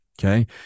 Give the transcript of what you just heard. Okay